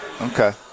Okay